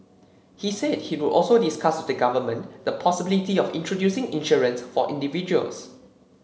he said he would also discuss with the government the possibility of introducing insurance for individuals